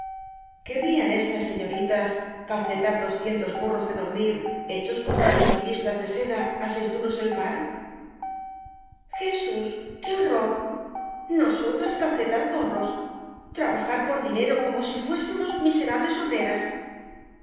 querrían estas señoritas calcetar doscientos gorros de dormir hechos con merino y listas de seda á seis duros el par jesús qué horror nosotras calcetar gorros trabajar por dinero como si fuésemos miserables obreras